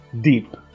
deep